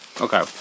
Okay